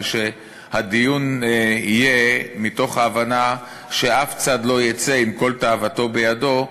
ושהדיון יהיה מתוך ההבנה שאף צד לא יצא עם כל תאוותו בידו,